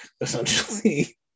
essentially